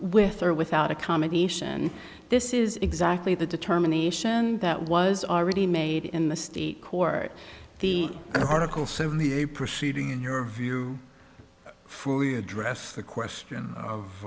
with or without accommodation this is exactly the determination that was already made in the state court the article seventy a proceeding in your view for we address the question of